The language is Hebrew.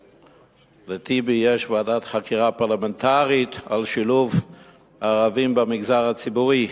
לטיבי יש ועדת חקירה פרלמנטרית על שילוב ערבים במגזר הציבורי.